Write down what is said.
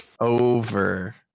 Over